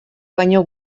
baino